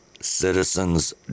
Citizens